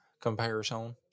comparison